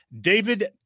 David